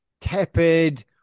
tepid